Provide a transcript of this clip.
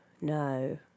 no